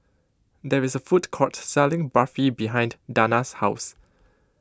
there is a food court selling Barfi behind Dana's house